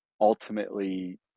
ultimately